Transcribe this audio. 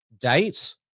date